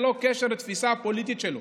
ללא קשר לתפיסה הפוליטית שלהם.